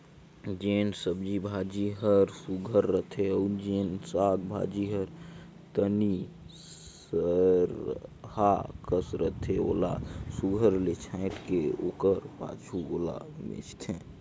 जेन सब्जी भाजी हर सुग्घर रहथे अउ जेन साग भाजी हर तनि सरहा कस रहथे ओला सुघर ले छांएट के ओकर पाछू ओला बेंचथें